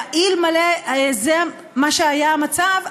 אלמלא זה היה המצב,